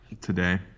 today